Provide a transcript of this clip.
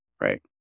Right